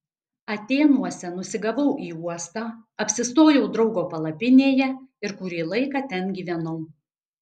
atėnuose nusigavau į uostą apsistojau draugo palapinėje ir kurį laiką ten gyvenau